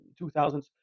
2000s